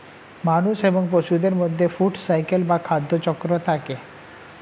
মানুষ এবং পশুদের মধ্যে ফুড সাইকেল বা খাদ্য চক্র থাকে